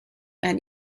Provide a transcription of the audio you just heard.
and